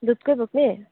दुधकै बोक्ने